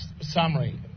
summary